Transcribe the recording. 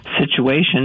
situation